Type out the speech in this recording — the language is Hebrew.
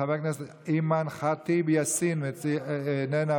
חברת הכנסת אימאן ח'טיב יאסין איננה,